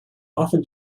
often